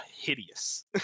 hideous